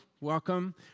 Welcome